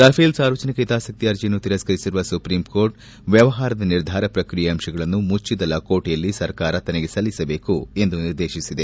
Rafale ಸಾರ್ವಜನಿಕ ಹಿತಾಸಕ್ತಿ ಅರ್ಜಿಯನ್ನು ತಿರಿಸ್ಕರಿಸಿರುವ ಸುಪ್ರೀಂ ಕೋರ್ಟ್ ವ್ಹವಹಾರದ ನಿರ್ಧಾರ ಪ್ರಕ್ರಿಯೆ ಅಂಶಗಳನ್ನು ಮುಚ್ಚಿದ ಲಕೋಟೆಯಲ್ಲಿ ಸರ್ಕಾರ ತನಗೆ ಸಲ್ಲಿಸಬೇಕು ಎಂದು ನಿರ್ದೇಶಿಸಿದೆ